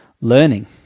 learning